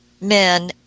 men